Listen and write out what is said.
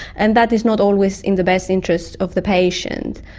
and that is not always in the best interest of the patient.